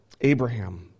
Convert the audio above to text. Abraham